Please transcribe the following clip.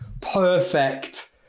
perfect